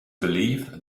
believe